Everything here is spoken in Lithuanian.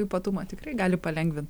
ypatumą tikrai gali palengvint